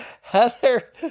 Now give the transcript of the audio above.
Heather